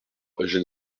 eugene